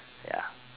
ya